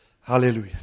Hallelujah